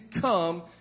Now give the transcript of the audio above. come